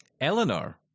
Eleanor